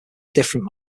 different